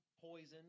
poison